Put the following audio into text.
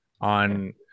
on